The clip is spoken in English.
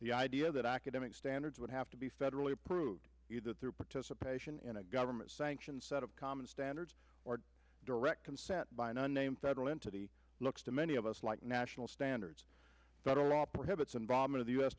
the idea that academic standards would have to be federally approved you that their participation in a government sanctioned set of common standards or direct consent by an unnamed federal entity looks to many of us like national standards federal law prohibits involvement of